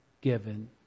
given